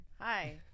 Hi